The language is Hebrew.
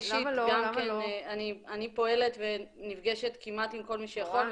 אישית גם כן אני פועלת ונפגשת כמעט עם כל מי שיכול.